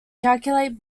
calculate